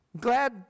Glad